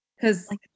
Cause